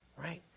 right